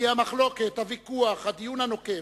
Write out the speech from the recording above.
כי המחלוקת, הוויכוח, הדיון הנוקב,